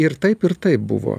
ir taip ir taip buvo